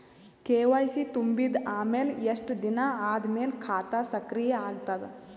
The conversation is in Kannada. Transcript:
ಕೆ.ವೈ.ಸಿ ತುಂಬಿದ ಅಮೆಲ ಎಷ್ಟ ದಿನ ಆದ ಮೇಲ ಖಾತಾ ಸಕ್ರಿಯ ಅಗತದ?